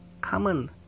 common